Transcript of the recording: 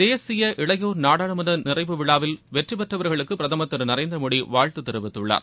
தேசிய இளையோர் நாடாளுமன்ற நிறைவு விழாவில் வெற்றிபெற்றவர்களுக்கு பிரதம் திரு நரேந்திரமோடி வாழ்த்து தெரிவித்துள்ளார்